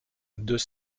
deux